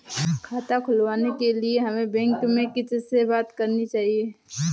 खाता खुलवाने के लिए हमें बैंक में किससे बात करनी चाहिए?